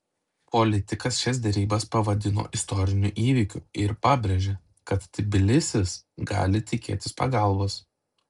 politikas šias derybas pavadino istoriniu įvykiu ir pabrėžė kad tbilisis gali tikėtis pagalbos